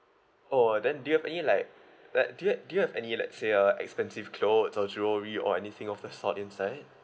oh then do you have any like like do you do you have any let's say uh expensive clothes or jewellery or anything of the sort inside